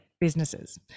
businesses